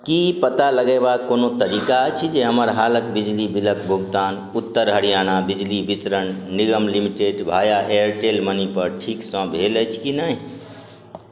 की पता लगेबाक कोनो तरीका अछि जे हमर हालक बिजली बिलक भुगतान उत्तर हरियाणा बिजली बितरण निगम लिमिटेड भाया एयरटेल मनी पर ठीकसँ भेल अछि कि नहि